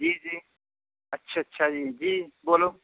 جی جی اچھا اچھا جی جی بولو